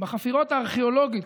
בחפירות הארכיאולוגיות,